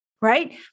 right